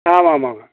ஆமாம் ஆமாங்க